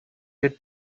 good